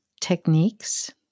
techniques